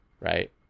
right